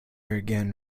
again